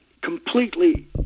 completely